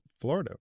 Florida